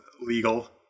legal